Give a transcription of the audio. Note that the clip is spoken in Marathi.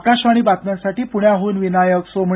आकाशवाणी बातम्यांसाठी पुण्याहून विनायक सोमणी